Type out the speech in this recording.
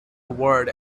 word